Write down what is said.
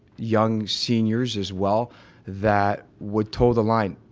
young seniors as well that would toe the line,